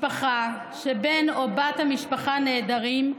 משפחה שבה בן או בת המשפחה נעדרים,